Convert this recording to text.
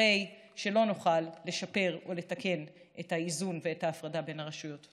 הרי שלא נוכל לשפר או לתקן את האיזון ואת ההפרדה בין הרשויות.